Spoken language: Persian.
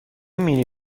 مینی